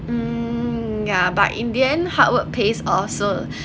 um yeah but in the end hardwork pays off so